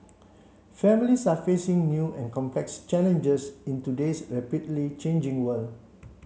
families are facing new and complex challenges in today's rapidly changing world